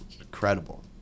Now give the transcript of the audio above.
incredible